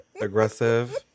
aggressive